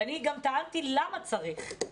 ואני גם טענתי למה צריך,